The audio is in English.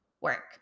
work